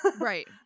Right